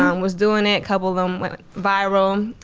um was doing it, couple of them went viral, um